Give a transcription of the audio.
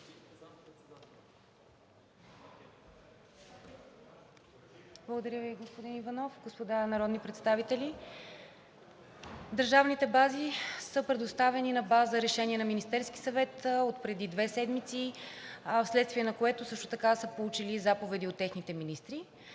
Благодаря Ви, господин Иванов. Господа народни представители! Държавните бази са предоставени на база решение на Министерския съвет отпреди две седмици, вследствие на което също така са получили заповеди от техните министри,